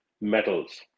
metals